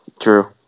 True